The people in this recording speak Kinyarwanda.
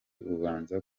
ubanza